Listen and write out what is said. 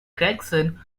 gregson